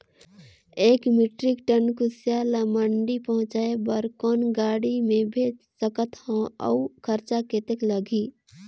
एक metric tonne कुसियार ल मंडी पहुंचाय बर कौन गाड़ी मे भेज सकत हव अउ खरचा कतेक लगही?